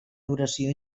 duració